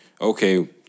okay